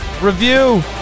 review